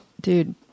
dude